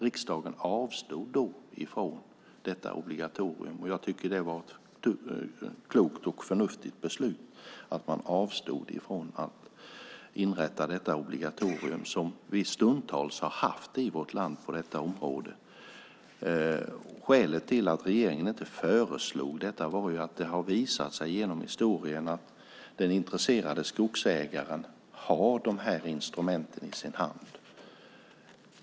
Riksdagen avstod då ifrån detta obligatorium. Jag tycker att det var ett klokt och förnuftigt beslut att man avstod från att inrätta detta obligatorium som vi stundtals har haft i vårt land på detta område. Skälet till att regeringen inte föreslog detta var att det har visat sig genom historien att den intresserade skogsägaren har de här instrumenten i sin hand.